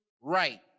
right